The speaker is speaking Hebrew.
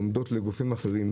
לגופים אחרים,